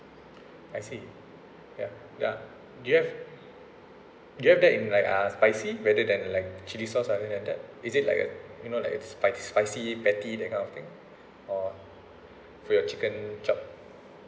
I see ya ya do you have do you have that in like uh spicy rather than like chili sauce other than that is it like uh you know like uh like spicy patty that kind of thing or for your chicken chop